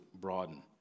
broaden